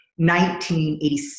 1986